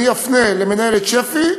אני אפנה למנהלת שפ"י,